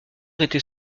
était